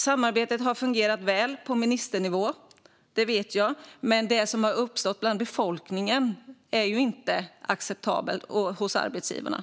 Samarbetet har fungerat väl på ministernivå, det vet jag, men det som har uppstått bland befolkningen och hos arbetsgivare är inte acceptabelt.